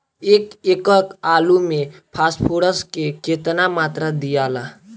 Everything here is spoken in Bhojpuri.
एक एकड़ आलू मे फास्फोरस के केतना मात्रा दियाला?